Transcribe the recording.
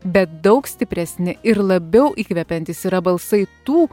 bet daug stipresni ir labiau įkvepiantys yra balsai tų